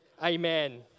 amen